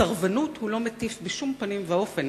אבל לסרבנות הוא לא מטיף בשום פנים ואופן.